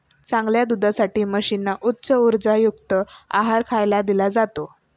चांगल्या दुधासाठी म्हशींना उच्च उर्जायुक्त आहार खायला दिला जातो